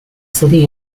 city